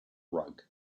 rug